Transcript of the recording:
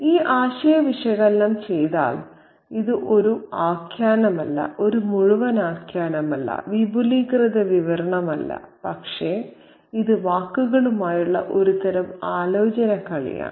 ഈ ആശയം വിശകലനം ചെയ്താൽ ഇത് ഒരു ആഖ്യാനമല്ല ഒരു മുഴുവൻ ആഖ്യാനമല്ല വിപുലീകൃത വിവരണമല്ല പക്ഷേ ഇത് വാക്കുകളുമായുള്ള ഒരുതരം ആലോചന കളിയാണ്